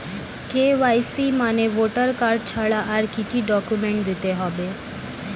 KYC মানে voter card ছাড়া আর কি কি ডকুমেন্ট দিতে হবে?